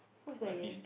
who's that again